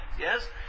Yes